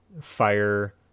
fire